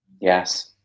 Yes